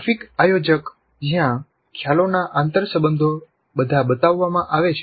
graphic આયોજક જ્યાં ખ્યાલોના આંતરસંબંધો બધા બતાવવામાં આવે છે